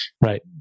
right